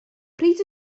pryd